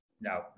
No